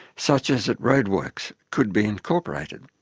such as at road works, could be incorporated.